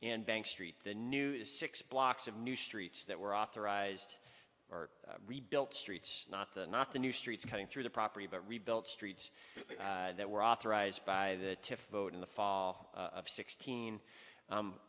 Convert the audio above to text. and bank street the new six blocks of new streets that were authorized or rebuilt streets not the not the new streets coming through the property but rebuilt streets that were authorized by the vote in the fall of sixteen